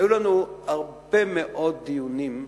היו לנו הרבה מאוד דיונים,